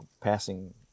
passing